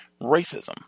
racism